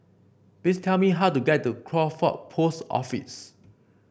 please tell me how to get to Crawford Post Office